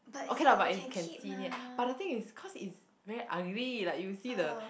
okay lah but is can see near but the thing is cause it's very ugly like you see the